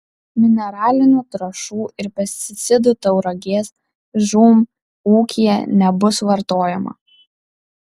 mineralinių trąšų ir pesticidų tauragės žūm ūkyje nebus vartojama